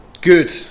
good